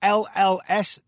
lls